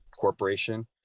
corporation